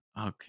Okay